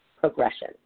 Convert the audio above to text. progression